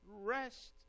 rest